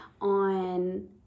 on